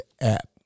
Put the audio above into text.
app